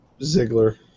Ziggler